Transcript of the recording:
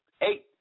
eight